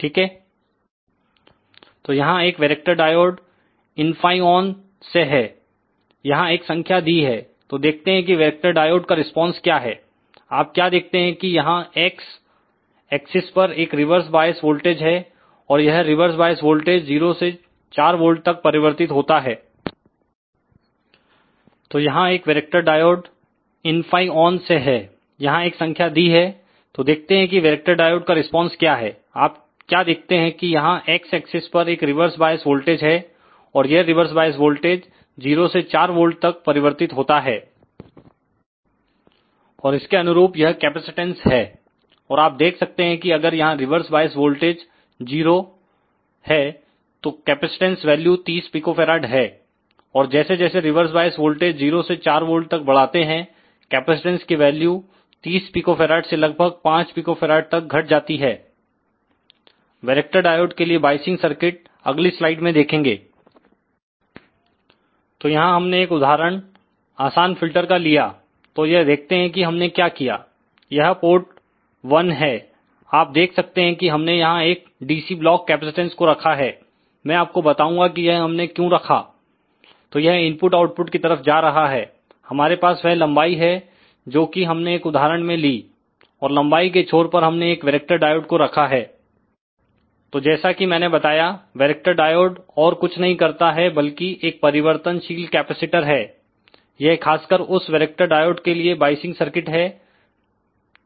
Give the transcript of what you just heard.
ठीक है तो यहां एक वैरेक्टर डायोड इनफाइनऑन से है यहां एक संख्या दी है तो देखते हैं कि वैरेक्टर डायोड का रिस्पांस क्या है आप क्या देखते हैं कि यहां Xअक्षस पर एक रिवर्स बायस वोल्टेज है और यह रिवर्स बायस वोल्टेज 0 से 4 वोल्ट तक परिवर्तित होता है और इसके अनुरूप यह कैपेसिटेंस है और आप देख सकते हैं कि अगर यहां रिवर्स बायस वोल्टेज 0 हैं तो कैपेसिटेंस वैल्यू 30 pF है और जैसे जैसे रिवर्स बायस वोल्टेज 0 से 4 बोल्ट तक बढ़ाते हैं कैपेसिटेंस की वैल्यू 30 pF से लगभग 5 pF तक घट जाती है वैरेक्टर डायोड के लिए बायसिंग सर्किट अगली स्लाइड में देखेंगे तो यहां हमने एक उदाहरण आसान फिल्टर का लिया तो यह देखते हैं कि हमने क्या किया यह पोर्ट 1 है आप देख सकते कि हमने यहां एक डीसी ब्लॉक कैपेसिटेंस को रखा है मैं आपको बताऊंगा कि यह हमने क्यों रखा तो यह इनपुट आउटपुट की तरफ जा रहा है हमारे पास वह लंबाई है जो कि हमने एक उदाहरण में ली और लंबाई के छोर पर हमने एक वैरेक्टर डायोड को रखा है तो जैसा कि मैंने बताया वैरेक्टर डायोड और कुछ नहीं करता है बल्कि एक परिवर्तनशील कैपेसिटर है यह खासकर उस वैरेक्टर डायोड के लिए बायसिंग सर्किट है